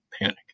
Panic